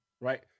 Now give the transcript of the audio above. Right